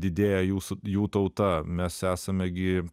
didėja jūsų jų tauta mes esame gi